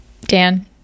Dan